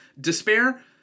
Despair